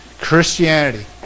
Christianity